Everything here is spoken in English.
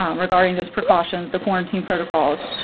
um regarding those precautions, the quarantine protocols,